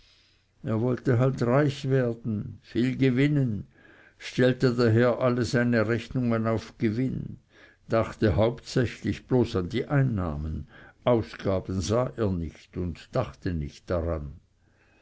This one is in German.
er wollte halt reich werden viel gewinnen stellte daher alle seine rechnungen auf gewinn dachte hauptsächlich bloß an die einnahmen ausgaben sah er nicht und dachte nicht daran